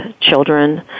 children